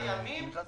אני מבקש